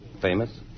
Famous